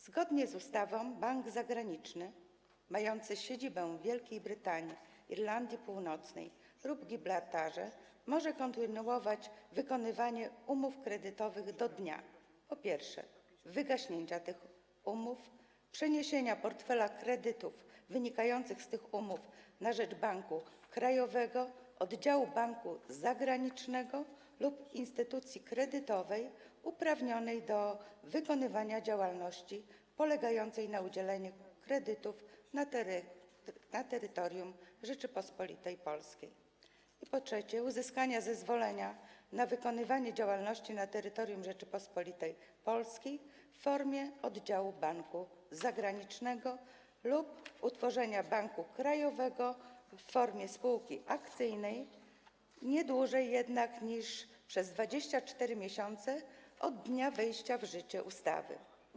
Zgodnie z ustawą bank zagraniczny mający siedzibę w Wielkiej Brytanii i Irlandii Północnej lub na Gibraltarze może kontynuować wykonywanie umów kredytowych do dnia: po pierwsze, wygaśnięcia tych umów; po drugie, przeniesienia portfela kredytów wynikających z tych umów na rzecz banku krajowego, oddziału banku zagranicznego lub instytucji kredytowej, uprawnionych do wykonywania działalności polegającej na udzielaniu kredytów na terytorium Rzeczypospolitej Polskiej; po trzecie, uzyskania zezwolenia na wykonywanie działalności na terytorium Rzeczypospolitej Polskiej w formie oddziału banku zagranicznego; po czwarte, utworzenia banku krajowego w formie spółki akcyjnej - nie dłużej jednak niż przez 24 miesiące od dnia wejścia w życie ustawy.